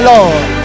Lord